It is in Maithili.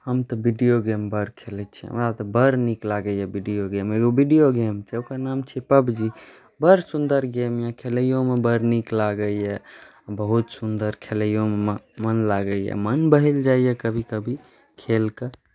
हम तऽ वीडिओ गेम बड़ खेलै छी हमरा तऽ बड़ नीक लागैए वीडिओ गेम एगो वीडिओ गेम छै ओकर नाम छी पबजी बड़ सुन्दर गेम अइ खेलैओमे बड़ नीक लागैए बहुत सुन्दर खेलैओमे मोन लागैए मोन बहलि जाइए कभी कभी खेलिकऽ